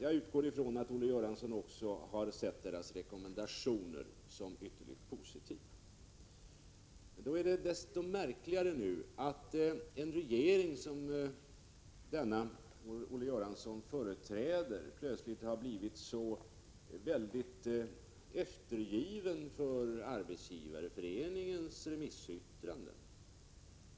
Jag utgår ifrån att Olle Göransson också har sett SAF:s rekommendation som ytterligt positiv. Det är då desto märkligare att en regering som den Olle Göransson företräder plötsligt har blivit så väldigt eftergiven för Arbetsgivareföreningens remissyttranden.